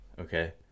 okay